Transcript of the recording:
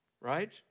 Right